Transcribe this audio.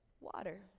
water